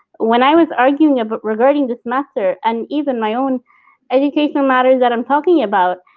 when i was arguing but regarding this matter and even my own education matters that i'm talking about,